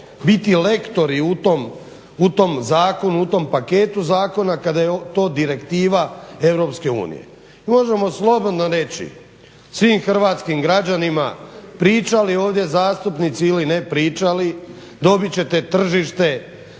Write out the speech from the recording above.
u tom zakonu, u tom paketu zakona kada je to direktiva Europske unije. Možemo slobodno reći svim hrvatskim građanima pričali ovdje zastupnici ili ne pričali dobit ćete tržište